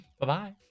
Bye-bye